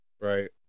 Right